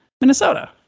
minnesota